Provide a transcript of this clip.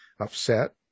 upset